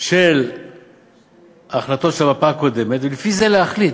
של ההחלטות של המפה הקודמת, ולפי זה להחליט,